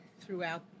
throughout